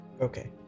Okay